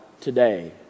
today